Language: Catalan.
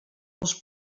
els